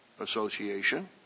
association